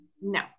No